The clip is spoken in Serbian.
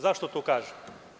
Zašto to kažem?